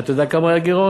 אתה יודע מה היה הגירעון?